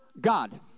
God